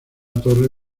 torre